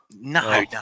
No